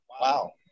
Wow